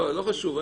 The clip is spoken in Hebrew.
לא חשוב.